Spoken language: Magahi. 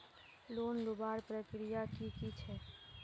लोन लुबार प्रक्रिया की की छे?